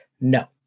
No